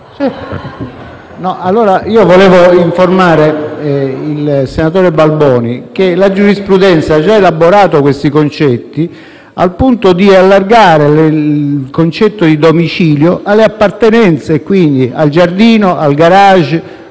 vorrei informare il senatore Balboni che la giurisprudenza ha già elaborato questi concetti, al punto di allargare il concetto di domicilio alle appartenenze, come il giardino (il senatore Balboni